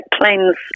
planes